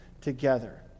together